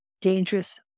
dangerous